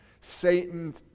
Satan